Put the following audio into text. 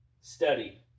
study